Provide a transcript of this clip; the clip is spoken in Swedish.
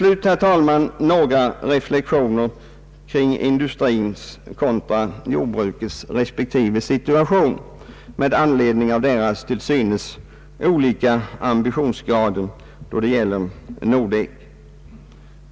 slut, herr talman, några reflexioner kring industrins situation kontra jordbrukets situation med anledning av deras till synes olika ambitionsgrad när det gäller Nordek.